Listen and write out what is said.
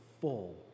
full